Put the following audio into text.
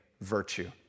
virtue